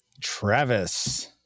Travis